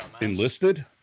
enlisted